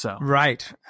Right